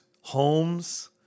homes